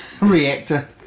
Reactor